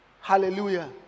Hallelujah